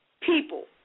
people